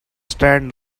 stand